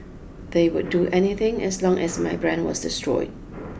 they would do anything as long as my brand was destroyed